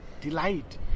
delight